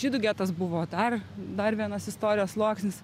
žydų getas buvo dar dar vienas istorijos sluoksnis